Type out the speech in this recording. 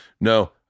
no